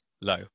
low